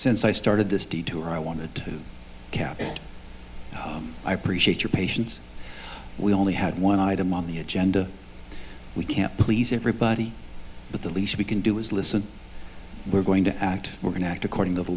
since i started this detour i want to do i appreciate your patience we only had one item on the agenda we can't please everybody but the least we can do is listen we're going to act we're going to act according to the